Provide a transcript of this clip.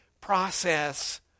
process